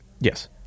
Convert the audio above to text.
Yes